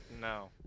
No